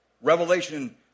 Revelation